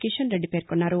కిషన్ రెడ్డి పేర్కొన్నారు